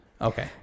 Okay